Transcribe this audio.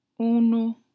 Uno